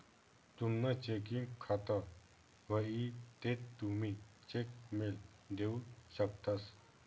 तुमनं चेकिंग खातं व्हयी ते तुमी चेक मेल देऊ शकतंस